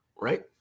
Right